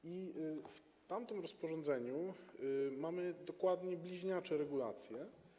W tym rozporządzeniu mamy dokładnie bliźniacze regulacje.